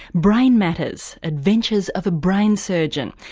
brain matters adventures of a brain surgeon.